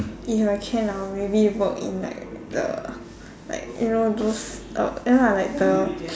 if I can I'll maybe work in like the like you know those uh ya like the